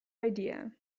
idea